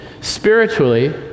Spiritually